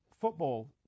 football